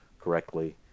correctly